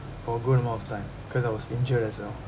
for a good amount of time cause I was injured as well